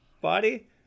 body